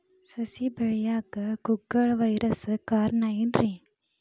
ಸಸಿ ಬೆಳೆಯಾಕ ಕುಗ್ಗಳ ವೈರಸ್ ಕಾರಣ ಏನ್ರಿ?